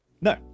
no